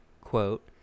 quote